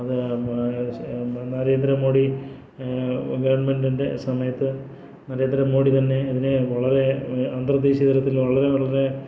നരേന്ദ്ര മോദി ഗവൺമെൻറിൻ്റെ സമയത്ത് നരേന്ദ്ര മോദി തന്നെ ഇതിനെ വളരെ അന്തർദേശീയ തലത്തിൽ വളരെ വളരെ